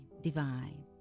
divine